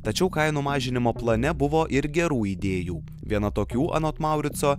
tačiau kainų mažinimo plane buvo ir gerų idėjų viena tokių anot maurico